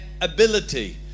ability